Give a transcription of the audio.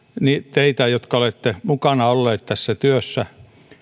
teitä jotka olette mukana olleet tässä työssä